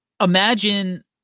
imagine